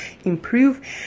improve